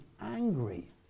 angry